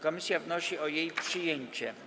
Komisja wnosi o jej przyjęcie.